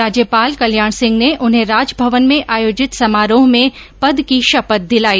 राज्यपाल कल्याण सिंह ने उन्हें राजभवन में आयोजित समारोह में पद की शपथ दिलाई